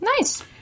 Nice